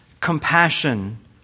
compassion